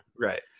Right